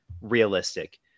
realistic